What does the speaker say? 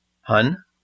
Hun